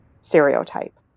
stereotype